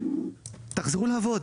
תחזרו לעבוד".